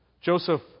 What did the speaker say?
Joseph